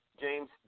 James